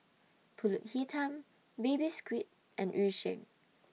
Pulut Hitam Baby Squid and Yu Sheng